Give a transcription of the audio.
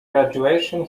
graduation